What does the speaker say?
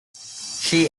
she